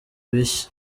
bishya